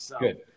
Good